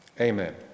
Amen